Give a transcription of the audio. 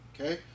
Okay